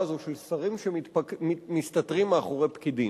הזו של שרים שמסתתרים מאחורי פקידים.